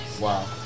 Wow